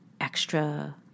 extra